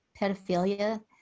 pedophilia